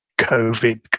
covid